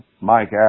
Mike